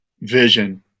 vision